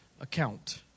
account